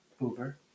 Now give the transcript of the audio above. Uber